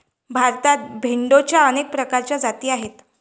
भारतात भेडोंच्या अनेक प्रकारच्या जाती आढळतात